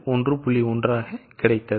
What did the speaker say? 1 ஆக கிடைத்தது